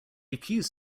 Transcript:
accused